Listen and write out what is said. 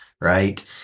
right